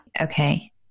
Okay